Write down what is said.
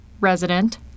resident